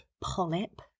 Polyp